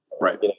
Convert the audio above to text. Right